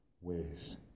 ways